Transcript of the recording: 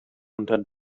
unter